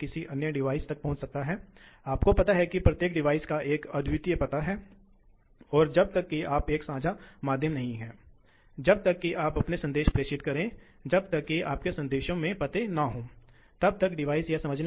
तो अब आप देख सकते हैं कि पावर वक्र कितनी तेजी से गिरता है जो आपने आउटलेट डैम्पर कंट्रोल के मामले में देखा था